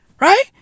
Right